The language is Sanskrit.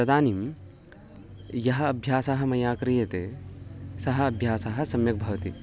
तदानीं यः अभ्यासः मया क्रियते सः अभ्यासः सम्यक् भवति